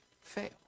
fail